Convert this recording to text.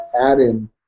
add-in